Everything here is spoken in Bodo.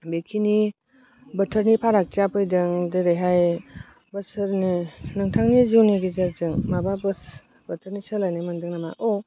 बेखिनि बोथोरनि फारागथिया फैदों जेरैहाय बोसोरनि नोंथांनि जिउनि गेजेरजों माबाफोर बोथोरनि सोलायनाय मोनदों नामा औ